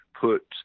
put